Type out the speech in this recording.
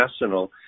national